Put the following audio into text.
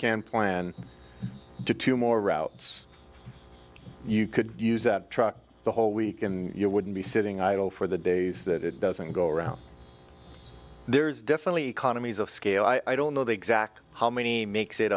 can plan to two more routes you could use that truck the whole week and you wouldn't be sitting idle for the days that it doesn't go around there's definitely economies of scale i don't know the exact how many makes it